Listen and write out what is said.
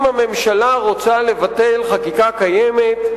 אם הממשלה רוצה לבטל חקיקה קיימת,